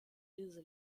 ilse